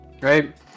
right